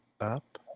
up